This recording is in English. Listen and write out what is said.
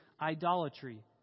idolatry